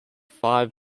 five